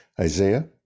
Isaiah